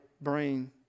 brain